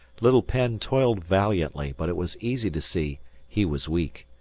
little penn toiled valiantly, but it was easy to see he was weak.